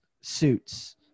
suits